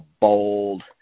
bold